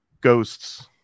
Ghosts